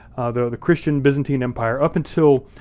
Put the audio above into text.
the christian byzantine empire up until